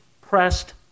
pressed